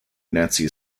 nancy